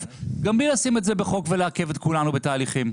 גם בלי לשים את זה בחוק ולעכב את כולנו בתהליכים.